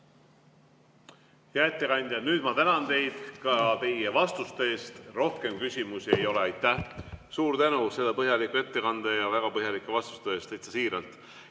Hea ettekandja, nüüd ma tänan teid ka teie vastuste eest. Rohkem küsimusi ei ole. Suur tänu selle põhjaliku ettekande ja väga põhjalike vastuste eest! Täitsa siiralt.